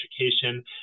education